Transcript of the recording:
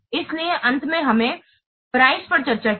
इसलिए अंत में हमने प्राइस पर चर्चा की है